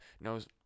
knows